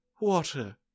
water